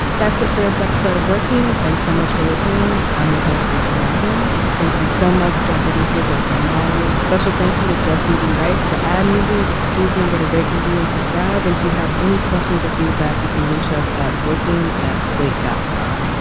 that's it for this episode of working. thanks so much for listening. i'm your host rachel hampton. thank you so much to our producer desmond molly. special thank you to justin de ray for the music. please remember to rate review and subscribe if and you have any questions or feedback. you can reach us at working at slate dot com